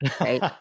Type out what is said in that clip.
right